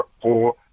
four